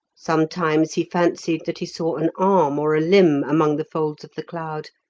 sometimes he fancied that he saw an arm or a limb among the folds of the cloud,